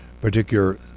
particular